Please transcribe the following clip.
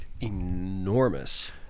enormous